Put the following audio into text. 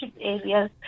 areas